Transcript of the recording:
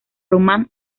román